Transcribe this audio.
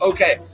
Okay